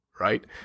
right